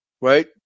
right